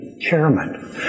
chairman